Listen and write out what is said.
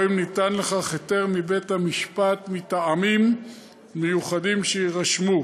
או אם ניתן לכך היתר מבית-המשפט מטעמים מיוחדים שיירשמו.